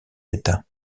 état